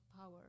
power